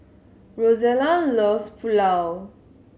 Rozella loves Pulao